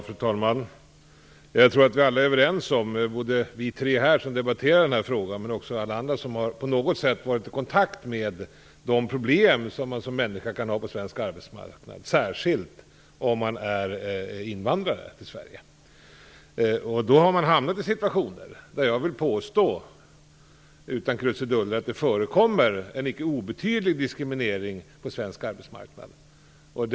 Fru talman! Jag tror att vi alla är överens om - både vi tre som här debatterar den här frågan och alla andra som på något sätt har varit i kontakt med de problem som särskilt invandrare kan ha på svensk arbetsmarknad - att det finns situationer där det förekommer en icke obetydlig diskriminering på svensk arbetsmarknad. Det vill jag påstå utan krusiduller.